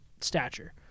stature